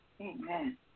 Amen